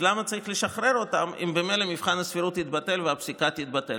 למה צריך לשחרר אותם אם ממילא מבחן הסבירות יתבטל והפסיקה תתבטל?